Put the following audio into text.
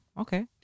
Okay